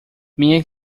minha